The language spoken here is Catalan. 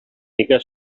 mica